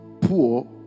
poor